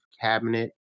cabinet